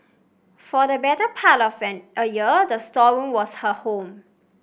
for the better part of an a year the storeroom was her home